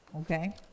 Okay